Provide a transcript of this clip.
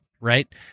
Right